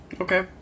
Okay